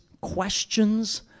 questions